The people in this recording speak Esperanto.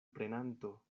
prenanto